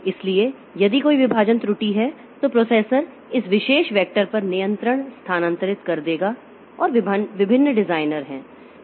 इसलिए यदि कोई विभाजन त्रुटि है तो प्रोसेसर इस विशेष वेक्टर पर नियंत्रण स्थानांतरित कर देगा और विभिन्न डिजाइनर हैं